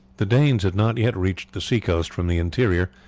the danes had not yet reached the sea-coast from the interior,